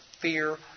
fear